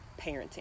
parenting